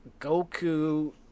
Goku